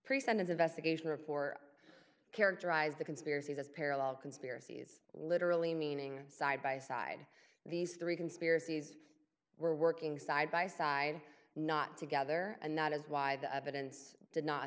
pre sentence investigation or for characterize the conspiracy as a parallel conspiracies literally meaning side by side these three conspiracies were working side by side not together and that is why the evidence did not